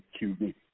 QB